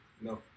No